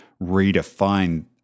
redefine